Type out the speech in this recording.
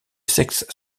sexes